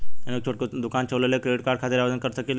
हम एक छोटा दुकान चलवइले और क्रेडिट कार्ड खातिर आवेदन कर सकिले?